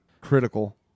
critical